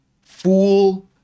fool